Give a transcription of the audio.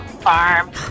farm